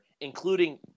including